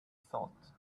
thought